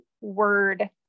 word